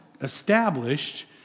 established